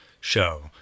show